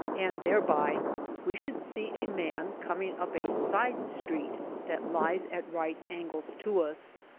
and thereby we should see a man coming up a side street that lies at right angles to us.